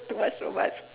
too much of us